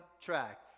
track